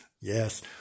yes